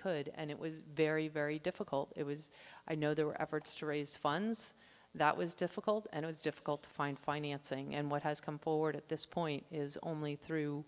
could and it was very very difficult it was i know there were efforts to raise funds that was difficult and it was difficult to find financing and what has come forward at this point is only through